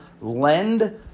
lend